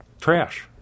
trash